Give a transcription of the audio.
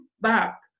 back